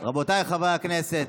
רבותיי חברי הכנסת,